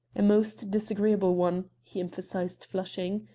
a most disagreeable one, he emphasized, flushing.